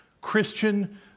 Christian